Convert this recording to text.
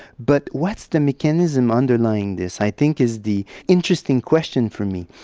but what's the mechanism underlying this i think is the interesting question for me.